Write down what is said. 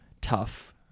tough